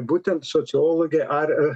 būtent sociologė ar e